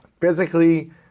physically